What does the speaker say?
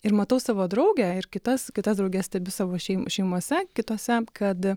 ir matau savo draugę ir kitas kitas drauges stebiu savo šeim šeimose kitose kad